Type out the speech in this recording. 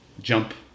jump